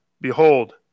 Behold